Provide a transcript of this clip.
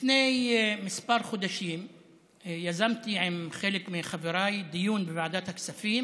לפני כמה חודשים יזמתי עם חלק מחבריי דיון בוועדת הכספים